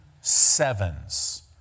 sevens